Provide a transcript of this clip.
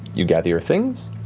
you gather your things,